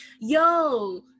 Yo